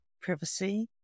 Privacy